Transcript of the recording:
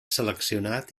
seleccionant